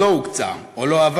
לא הוקצה, או לא עבר.